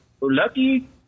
Lucky